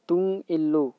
ꯇꯨꯡ ꯏꯜꯂꯨ